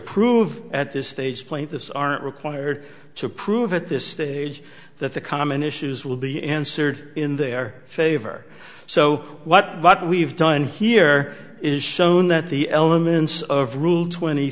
prove at this stage play this aren't required to prove at this stage that the common issues will be answered in their favor so what we've done here is shown that the elements of rule twenty